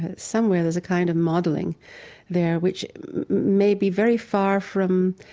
somewhere there's a kind of modeling there, which may be very far from,